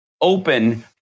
open